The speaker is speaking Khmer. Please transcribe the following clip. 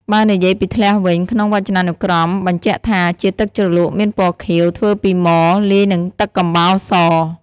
បើនិយាយពីធ្លះវិញ ក្នុងវចនានុក្រមបញ្ជាក់ថា ជាទឹកជ្រលក់មានពណ៌ខៀវ ធ្វើពីមរ លាយនឹងទឹកកំបោរ ស។